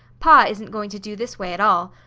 pa isn't going to do this way at all.